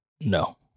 No